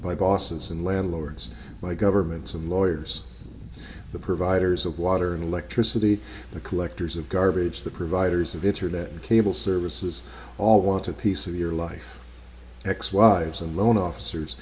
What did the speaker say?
by bosses and landlords by governments and lawyers the providers of water and electricity the collectors of garbage the providers of internet cable services all want a piece of your life ex wives and loan officers